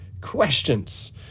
questions